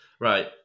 Right